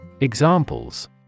Examples